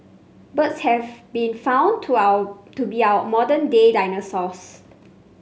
birds have been found to our to be our modern day dinosaurs